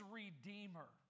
redeemer